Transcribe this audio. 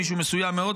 מישהו מסוים מאוד,